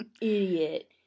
Idiot